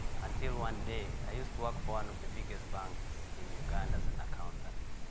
until one day. i used to work for one of the biggest banks in uganda as an accountant.